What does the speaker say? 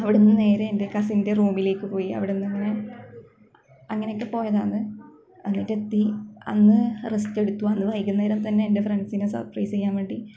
അവിടെനിന്ന് നേരെ എന്റെ കസിന്റെ റൂമിലേക്ക് പോയി അവിടെനിന്ന് ഇങ്ങനെ അങ്ങനെയൊക്കെ പോയതാണ് എന്നിട്ട് എത്തി അന്ന് റസ്റ്റ് എടുത്തു അന്ന് വൈകുന്നേരം തന്നെ എന്റെ ഫ്രണ്ട്സിനെ സര്പ്രൈസ് ചെയ്യാന് വേണ്ടി